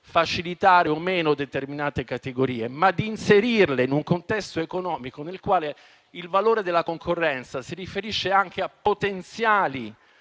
facilitare o meno determinate categorie, ma di inserirle in un contesto economico nel quale il valore della concorrenza si riferisce anche a potenziali